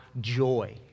joy